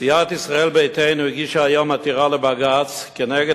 סיעת ישראל ביתנו הגישה היום עתירה לבג"ץ נגד